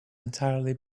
entirely